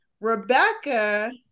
Rebecca